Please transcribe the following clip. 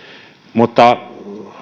mutta